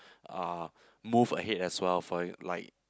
uh move ahead as well for like